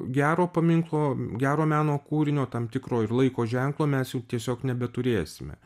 gero paminklo gero meno kūrinio tam tikro ir laiko ženklo mes jų tiesiog nebeturėsime